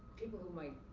people who might